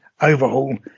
overhaul